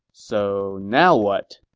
so, now what?